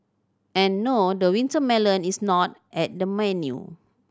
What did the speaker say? and no the winter melon is not at the menu